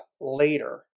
later